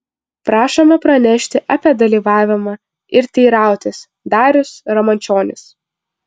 prašome pranešti apie dalyvavimą ir teirautis darius ramančionis